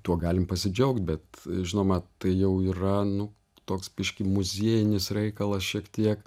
tuo galim pasidžiaugt bet žinoma tai jau yra nu toks biškį muziejinis reikalas šiek tiek